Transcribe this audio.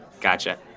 gotcha